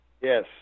yes